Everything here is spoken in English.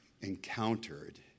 encountered